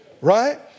Right